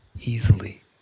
easily